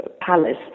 palace